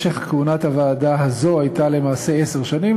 משך כהונת הוועדה הזו היה למעשה עשר שנים,